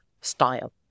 style